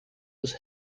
was